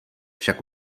však